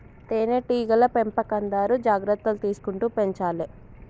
తేనె టీగల పెంపకందారు జాగ్రత్తలు తీసుకుంటూ పెంచాలే